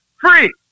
free